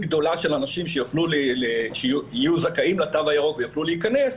גדולה של אנשים שיהיו זכאים לתו הירוק ויוכלו להיכנס,